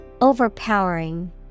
Overpowering